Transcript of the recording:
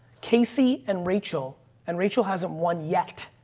casey and rachel and rachel hasn't won yet.